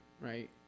right